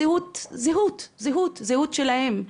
זהות שלהם,